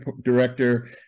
director